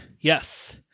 Yes